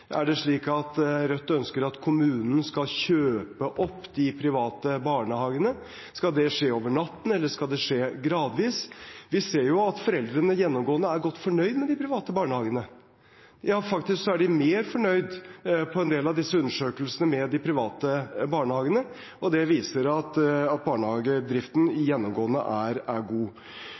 at kommunen skal kjøpe opp de private barnehagene? Skal det skje over natten, eller skal det skje gradvis? Vi ser at foreldrene gjennomgående er godt fornøyd med de private barnehagene. Ja, faktisk er de i en del av disse undersøkelsene mer fornøyd med de private barnehagene. Det viser at barnehagedriften gjennomgående er god. Så er